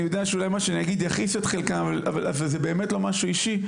יודע שאולי מה שאני אגיד יכעיס את חלקם אבל זה באמת לא משהו אישי.